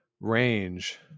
range